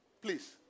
Please